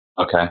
Okay